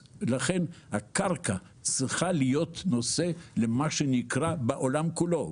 הקרקע צריכה להיות נושא למה שנקרא בעולם כולו,